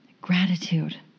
gratitude